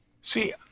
See